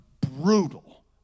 brutal